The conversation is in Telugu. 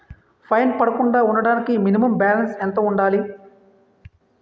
ఫైన్ పడకుండా ఉండటానికి మినిమం బాలన్స్ ఎంత ఉండాలి?